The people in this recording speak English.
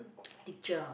teacher